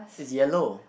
it's yellow